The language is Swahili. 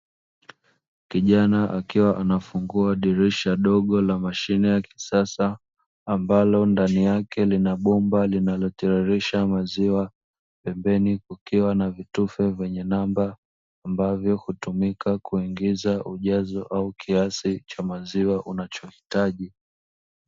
Kijana akiwa anafungua dirisha dogo la mashine ya kisasa, ambalo ndani yake lina bomba linalotiririsha maziwa, pembeni kukiwa na vitufe vyenye namba, ambavyo hutumika kuingiza ujazo au kiasi cha maziwa unachohitaji.